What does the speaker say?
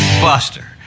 Buster